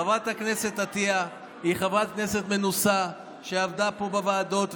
חברת הכנסת עטייה היא חברת כנסת מנוסה שעבדה פה בוועדות.